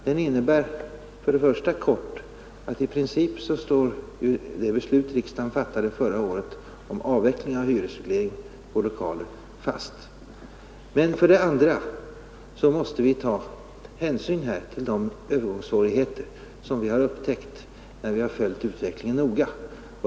Den innebär helt kort att i princip står det beslut fast som riksdagen förra året fattade om avveckling av hyresreglering på lokaler. Men för det andra måste vi ta hänsyn till de övergångssvårigheter som vi upptäckte när vi börjat följa utvecklingen noga.